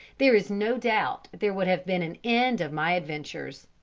there is no doubt there would have been an end of my adventures.